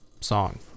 song